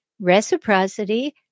reciprocity